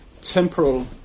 temporal